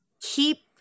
keep